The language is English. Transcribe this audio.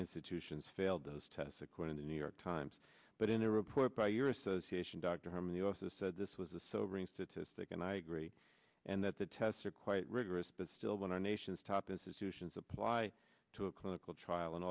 institutions failed those tests according to new york times but in the report by your association dr herman the also said this was a sobering statistic and i agree and that the tests are quite rigorous but still when our nation's top institutions apply to a clinical trial an